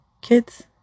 Kids